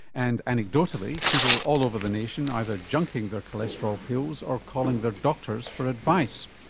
and anecdotally people all over the nation, either junking their cholesterol pills or calling their doctors for advice.